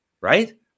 right